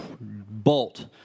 bolt